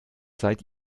seid